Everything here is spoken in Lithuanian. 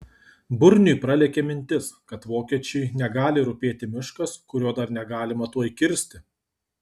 burniui pralėkė mintis kad vokiečiui negali rūpėti miškas kurio dar negalima tuoj kirsti